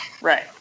Right